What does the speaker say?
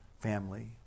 family